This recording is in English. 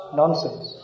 nonsense